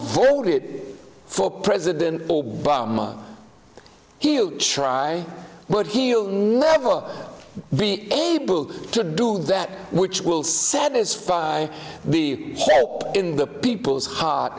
voted for president obama he'll try but he'll never be able to do that which will satisfy the in the people's h